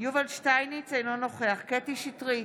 יובל שטייניץ, אינו נוכח קטי קטרין שטרית,